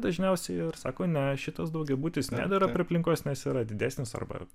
dažniausiai ir sako ne šitas daugiabutis nedera prie aplinkos nes yra didesnis arba